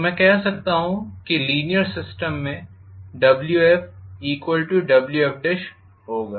तो मैं कह सकता हूँ कि लीनीयर सिस्टम में WfWfहोगा